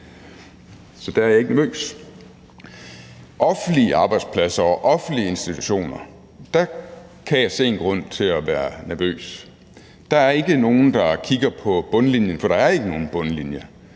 Så der er jeg ikke nervøs. Men hvad angår offentlige arbejdspladser og offentlige institutioner, kan jeg se en grund til at være nervøs. Der er ikke nogen, der kigger på bundlinjen, for der er ikke nogen bundlinje.